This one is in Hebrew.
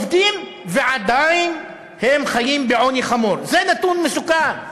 עובדים ועדיין הם חיים בעוני חמור, זה נתון מסוכן: